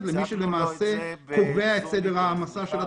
חלק מהשיקולים להשאיר אותן במערכת ולהעמיס אותן